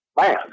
Man